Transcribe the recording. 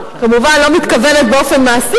לא מספיק פערים והזנחה,